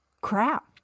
Crap